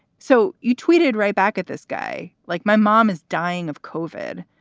so you tweeted right back at this guy like my mom is dying of kofod.